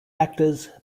actors